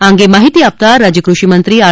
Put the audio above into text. આ અંગે માહિતી આપતા રાજય કૃષિમંત્રી આર